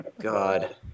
God